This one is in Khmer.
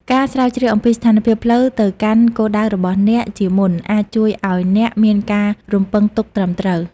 ការស្រាវជ្រាវអំពីស្ថានភាពផ្លូវទៅកាន់គោលដៅរបស់អ្នកជាមុន អាចជួយឱ្យអ្នកមានការរំពឹងទុកត្រឹមត្រូវ។